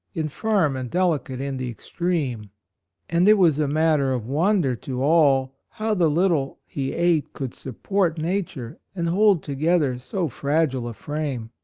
in firm and delicate in the extreme and it was a matter of wonder to all how the little he ate could sup port nature and hold together so fragile a frame.